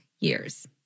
years